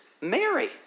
Mary